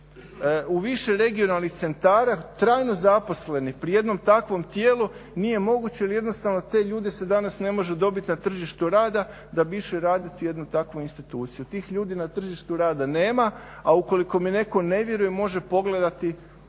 u više regionalnih centara, trajno zaposleni pri jednom takvom tijelu, nije moguće jer jednostavno te ljude se danas ne može dobiti na tržištu rada da bi išli raditi u jednu takvu instituciju. Tih ljudi na tržištu rada nema, a ukoliko mi netko ne vjeruje može pogledati popise